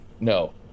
No